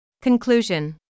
Conclusion